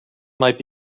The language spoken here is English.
might